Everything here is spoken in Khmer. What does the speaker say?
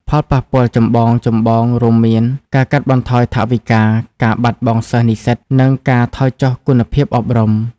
ផលប៉ះពាល់ចម្បងៗរួមមាន ការកាត់បន្ថយថវិកា ការបាត់បង់សិស្សនិស្សិត និងការថយចុះគុណភាពអប់រំ។